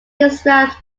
describes